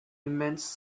immense